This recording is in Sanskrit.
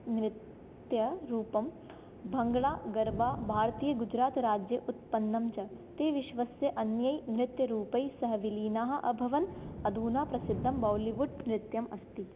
नृत्यरूपं भङ्गडा गर्बा भारतीयगुजरातराज्ये उत्पन्नं च इति विश्वस्य अन्यैः नृत्यरूपैस्सह विलीनाः अभवन् अधुना प्रसिद्धं बालिवुड् नृत्यम् अस्ति